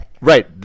right